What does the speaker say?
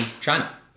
China